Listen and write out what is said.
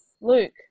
Luke